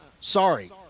Sorry